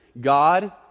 God